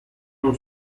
non